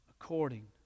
according